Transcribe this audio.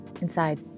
Inside